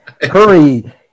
hurry